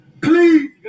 Please